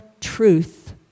truth